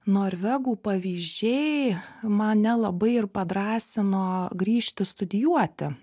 norvegų pavyzdžiai mane labai ir padrąsino grįžti studijuoti